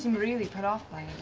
really put off by